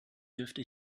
dürfte